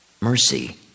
mercy